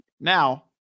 Now